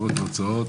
אגרות והוצאות,